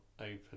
open